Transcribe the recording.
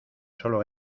sólo